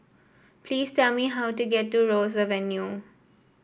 please tell me how to get to Ross Avenue